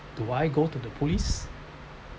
do I go to the police